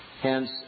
Hence